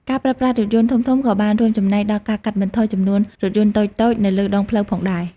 ការប្រើប្រាស់រថយន្តធំៗក៏បានរួមចំណែកដល់ការកាត់បន្ថយចំនួនរថយន្តតូចៗនៅលើដងផ្លូវផងដែរ។